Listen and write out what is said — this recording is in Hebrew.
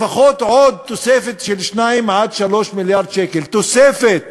לפחות עוד תוספת של 2 3 מיליארד שקל, תוספת